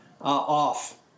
off